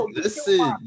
listen